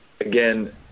again